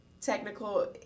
technical